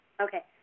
Okay